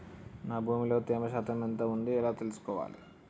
నా భూమి లో తేమ శాతం ఎంత ఉంది ఎలా తెలుసుకోవాలే?